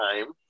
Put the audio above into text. time